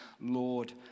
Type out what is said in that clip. Lord